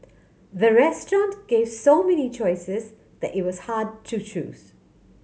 the restaurant gave so many choices that it was hard to choose